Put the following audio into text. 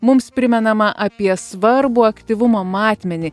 mums primenama apie svarbų aktyvumo matmenį